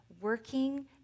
working